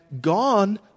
gone